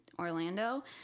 Orlando